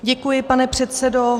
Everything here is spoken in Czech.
Děkuji, pane předsedo.